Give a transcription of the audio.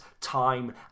time